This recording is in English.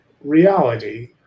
reality